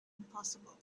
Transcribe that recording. impossible